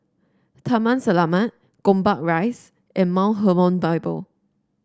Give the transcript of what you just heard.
Taman Selamat Gombak Rise and Mount Hermon Bible